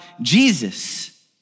Jesus